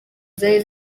zari